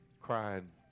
crying